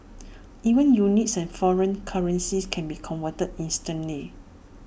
even units and foreign currencies can be converted instantly